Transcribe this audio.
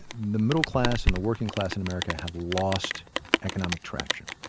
the middle class and the working class in america have lost economic traction.